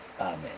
Amen